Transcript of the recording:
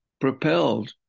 propelled